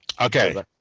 Okay